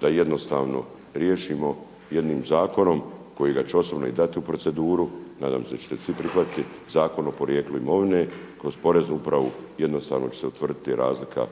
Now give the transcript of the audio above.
da jednostavno riješimo jednim zakonom kojega ću osobno i dati u proceduru, nadam se da ćete svi prihvatiti Zakon o porijeklu imovine, kroz Poreznu upravu jednostavno će se utvrditi razlika